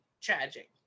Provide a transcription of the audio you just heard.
tragic